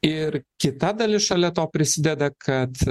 ir kita dalis šalia to prisideda kad